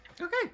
Okay